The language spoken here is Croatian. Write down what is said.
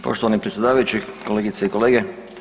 Poštovani predsjedavajući, kolegice i kolege.